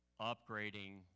upgrading